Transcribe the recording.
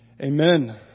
Amen